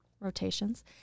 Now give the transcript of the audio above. Rotations